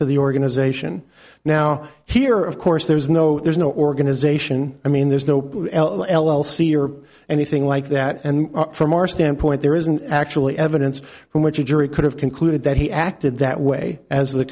for the organization now here of course there's no there's no organisation i mean there's no l l l c or anything like that and from our standpoint there isn't actually evidence from which a jury could have concluded that he acted that way as the